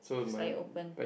slightly open